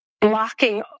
blocking